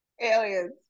Aliens